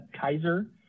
Kaiser